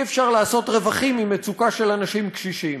אי-אפשר לעשות רווחים ממצוקה של אנשים קשישים.